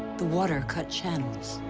the water cut channels.